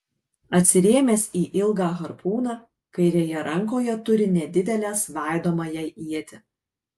atsirėmęs į ilgą harpūną kairėje rankoje turi nedidelę svaidomąją ietį